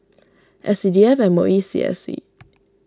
S C D F M O E C S C